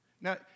now